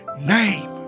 name